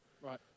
right